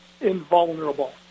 invulnerable